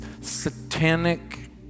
satanic